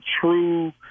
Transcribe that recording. true